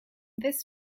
this